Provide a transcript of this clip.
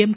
M